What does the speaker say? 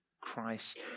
Christ